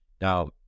now